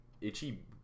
itchy